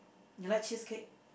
you like cheesecake